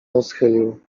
rozchylił